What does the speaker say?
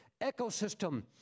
ecosystem